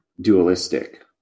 dualistic